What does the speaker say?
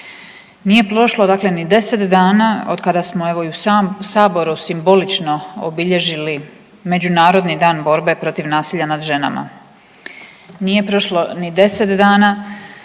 nije prošlo ni deset dana kada smo u Saboru ovdje simbolično obilježili Međunarodni dan borbe protiv nasilja nad ženama, nije prošlo ni deset dana